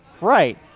Right